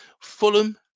Fulham